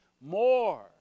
more